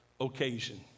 occasion